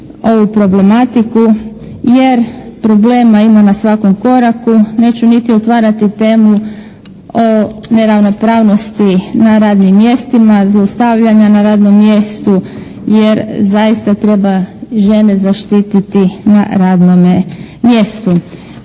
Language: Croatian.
ovu problematiku jer problema ima na svakom koraku. Neću niti otvarati temu o neravnopravnosti na radnim mjestima, zlostavljanja na radnom mjestu. Jer, zaista treba žene zaštititi na radnome mjestu.